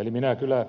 eli minä kyllä